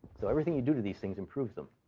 so everything you do to these things improves them.